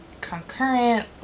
concurrent